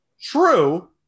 True